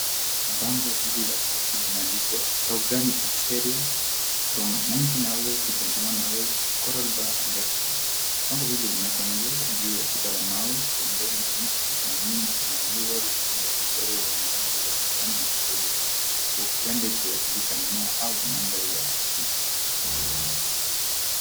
Bango hili la chaki limeandikwa, Fraugrany Pizzeria From 19hours to 21hours Coral Bar and Restaurant. Bango hili limeekwa nje juu ya tuta la mawe, pembeni ya mti na nyuma kuna miuro ya michoro zenye rangi ya kijani na kahawia, huenda ikiwakilisha mimea au mandhari asili.